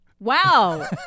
Wow